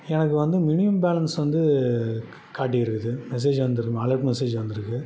எனக்கு வந்து minimum balance வந்து காட்டியிருக்குது மெசேஜ் வந்துருக்கு அலார்ட் மெசேஜ் வந்துருக்கு